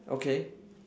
okay